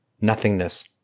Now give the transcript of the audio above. Nothingness